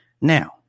Now